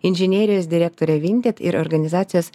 inžinerijos direktore vinted ir organizacijos